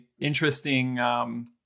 interesting